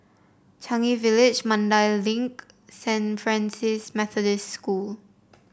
Changi Village Mandai Link Saint Francis Methodist School